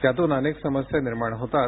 त्यातून अनेक समस्या निर्माण होतात